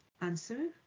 answer